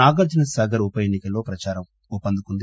నాగార్జునసాగర్ ఉప ఎన్ని కల్లో ప్రచారం ఊపందుకుంది